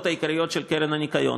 העיקריות של הקרן לשמירת הניקיון,